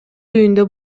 үйүндө